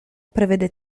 prevede